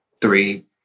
three